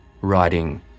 writing